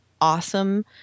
awesome